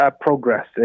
progress